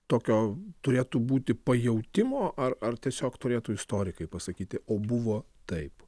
tokio turėtų būti pajautimo ar ar tiesiog turėtų istorikai pasakyti o buvo taip